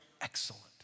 excellent